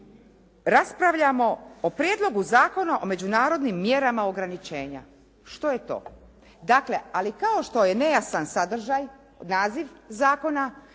raspravljamo o Prijedlogu zakona o međunarodnim mjerama ograničenja. Što je to? Dakle, ali kao što je nejasan sadržaj, naziv zakona,